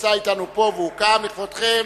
הנמצא אתנו פה והוא קם לכבודכם.